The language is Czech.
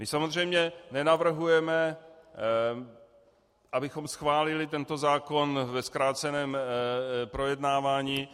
My samozřejmě nenavrhujeme, abychom schválili tento zákon ve zkráceném projednávání.